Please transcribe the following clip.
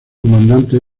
comandante